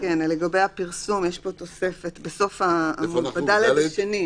לגבי הפרסום יש פה תוספת בסוף העמוד ב-(ד) השני.